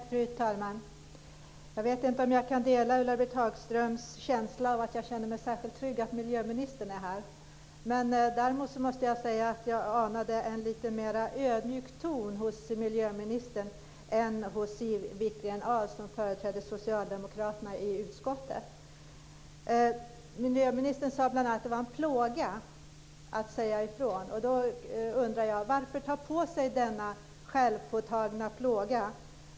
Fru talman! Jag vet inte om jag kan dela Ulla-Britt Hagströms känsla av att vara särskilt trygg för att miljöministern är här. Däremot måste jag säga att jag anade en lite mera ödmjuk ton hos miljöministern än hos Siw Wittgren-Ahl, som företräder socialdemokraterna i utskottet. Miljöministern sade bl.a. att det var en plåga att säga ifrån, och då undrar jag: Varför ta på sig denna självpåtagna plåga?